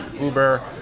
Uber